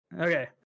Okay